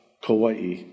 Kauai